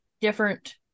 different